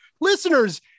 listeners